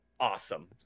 Awesome